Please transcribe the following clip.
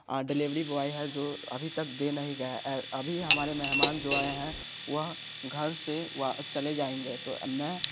delivery boy है जो अभी तक दे नहीं गया है अभी हमारे मेहमान जो आए हैं वह घर से चले जाएँगे तो मैं